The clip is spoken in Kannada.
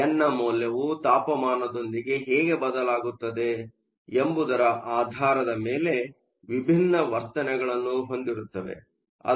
ಎನ್ ನ ಮೌಲ್ಯವು ತಾಪಮಾನದೊಂದಿಗೆ ಹೇಗೆ ಬದಲಾಗುತ್ತದೆ ಎಂಬುದರ ಆಧಾರದ ಮೇಲೆ ವಿಭಿನ್ನ ವರ್ತನೆಗಳನ್ನು ಹೊಂದಿರುತ್ತವೆ